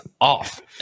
off